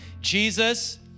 Jesus